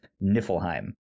Niflheim